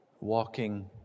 Walking